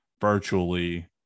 virtually